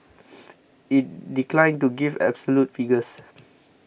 it declined to give absolute figures